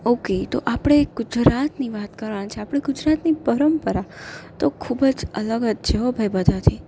okay તો આપણે ગુજરાતની વાત કરવાના છે આપણે ગુજરાતની પરંપરા તો ખૂબ જ અલગ જ છે હો ભાઈ બધાથી